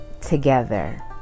together